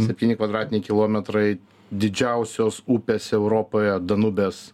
septyni kvadratiniai kilometrai didžiausios upės europoje danubės